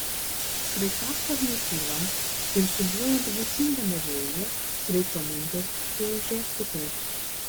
sraigtasparniui kylant ir siūbuojant gūsingame vėjyje sraigto mentės suūžė kitaip